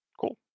Cool